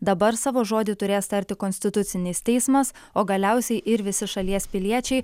dabar savo žodį turės tarti konstitucinis teismas o galiausiai ir visi šalies piliečiai